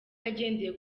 yagendeye